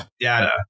data